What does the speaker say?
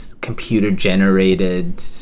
computer-generated